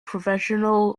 professional